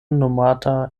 nomata